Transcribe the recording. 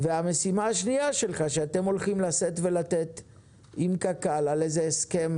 זו המשימה השנייה שלך כשאתם הולכים לשאת ולתת עם קק"ל על איזה הסכם